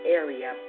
area